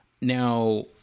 now